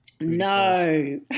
No